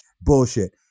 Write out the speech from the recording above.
bullshit